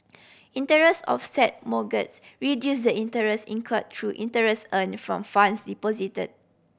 interest offset mortgages reduce the interest incur through interest earn from funds deposited